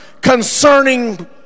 concerning